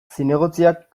zinegotziak